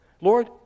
Lord